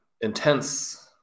intense